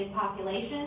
population